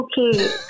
Okay